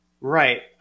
Right